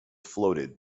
floated